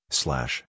slash